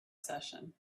session